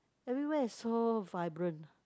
everywhere is so vibrant